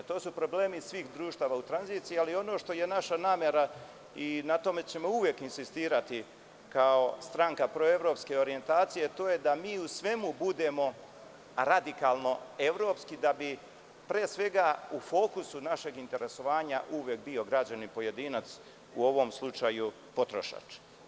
To su problemi svih društava u tranziciji, ali ono što je naša namera i na tome ćemo uvek insistirati kao stranka proevropske orijentacije, a to je da u svemu budemo radikalno evropski da bi pre svega u fokusu našeg interesovanja uvek bio građanin pojedinac, u ovom slučaju potrošač.